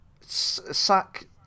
sack